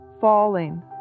falling